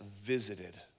visited